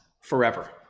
forever